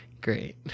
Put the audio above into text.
Great